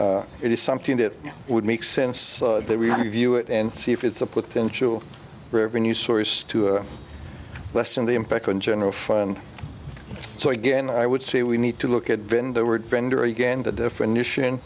it is something that would make sense they review it and see if it's a potential revenue source to lessen the impact on general fund so again i would say we need to look at vendor or vendor uganda definition